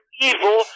evil